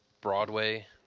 Broadway